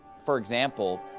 for example,